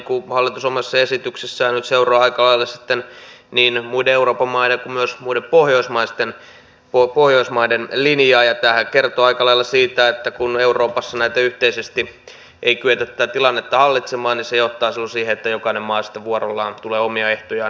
kun hallitus omassa esityksessään nyt seuraa aika lailla sitten niin muiden euroopan maiden kuin myös muiden pohjoismaiden linjaa niin tämähän kertoo aika lailla siitä että kun euroopassa yhteisesti ei kyetä tätä tilannetta hallitsemaan niin se johtaa silloin siihen että jokainen maa sitten vuorollaan tulee omia ehtojaan kiristämään